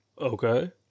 okay